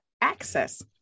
access